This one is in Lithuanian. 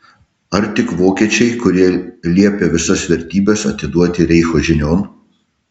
ar tik vokiečiai kurie liepė visas vertybes atiduoti reicho žinion